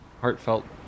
heartfelt